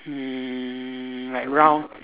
mm like round